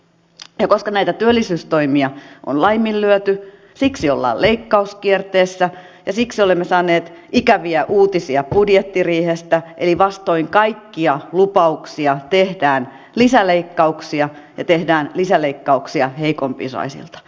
ja koska näitä työllisyystoimia on laiminlyöty siksi ollaan leikkauskierteessä ja siksi olemme saaneet ikäviä uutisia budjettiriihestä eli vastoin kaikkia lupauksia tehdään lisäleikkauksia ja tehdään lisäleikkauksia heikompiosaisilta